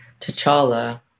T'Challa